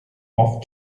off